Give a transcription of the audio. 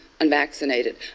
unvaccinated